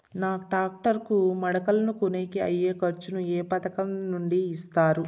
నాకు టాక్టర్ కు మడకలను కొనేకి అయ్యే ఖర్చు ను ఏ పథకం నుండి ఇస్తారు?